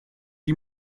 die